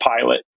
pilot